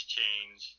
change